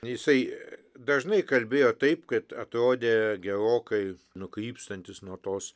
jisai dažnai kalbėjo taip kad atrodė gerokai nukrypstantis nuo tos